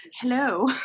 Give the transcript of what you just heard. hello